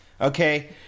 okay